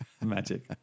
Magic